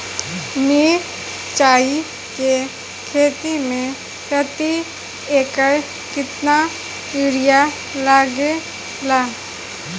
मिरचाई के खेती मे प्रति एकड़ केतना यूरिया लागे ला?